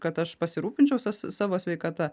kad aš pasirūpinčiau sa savo sveikata